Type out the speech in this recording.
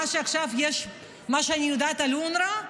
מה שאני יודעת על אונר"א,